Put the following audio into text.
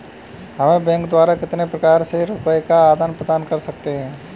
हम बैंक द्वारा कितने प्रकार से रुपये का आदान प्रदान कर सकते हैं?